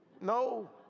No